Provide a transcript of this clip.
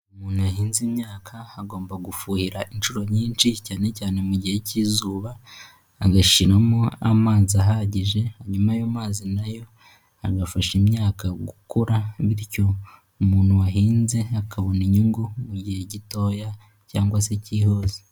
Umuntu yahinze imyaka agomba gufuhira inshuro nyinshi cyane cyane mu gihe cy'izuba, agashyiraramo amazi ahagije, nyuma yayo mazi nayo agafasha imyaka gukura bityo umuntu wahinze akabona inyungu mu gihe gitoya cyangwa se cyihuse.